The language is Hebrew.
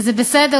וזה בסדר,